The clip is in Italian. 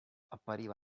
appariva